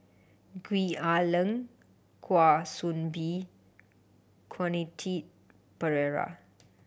Gwee Ah Leng Kwa Soon Bee Quentin Pereira